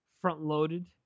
front-loaded